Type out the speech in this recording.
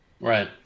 Right